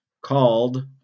called